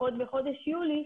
בחודש יולי,